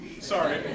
sorry